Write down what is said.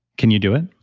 can you do it?